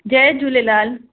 Jay Jhulelal